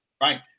right